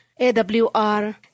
AWR